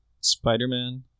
Spider-Man